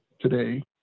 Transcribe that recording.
today